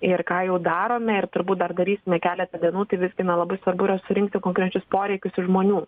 ir ką jau darome ir turbūt dar darysime keletą dienų visgi na labai svarbu yra surinkti konkrečius poreikius iš žmonių